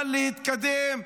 אבל להתקדם,